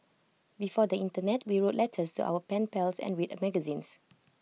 before the Internet we wrote letters to our pen pals and read magazines